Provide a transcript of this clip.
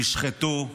נשחטו,